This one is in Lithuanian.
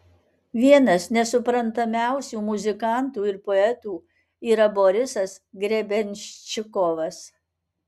vienas nesuprantamiausių muzikantų ir poetų yra borisas grebenščikovas